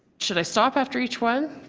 should i stop after each one?